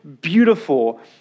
beautiful